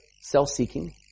self-seeking